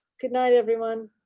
goodnight everyone,